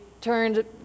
turned